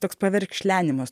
toks verkšlenimas